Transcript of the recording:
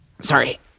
Sorry